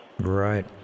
right